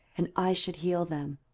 and i should heal them.